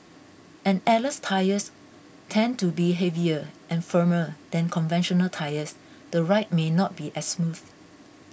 and airless tyres tend to be heavier and firmer than conventional tyres the ride may not be as smooth